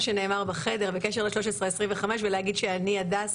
שנאמר בחדר בקשר ל-1325 ולהגיד שאני הדס,